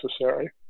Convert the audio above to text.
necessary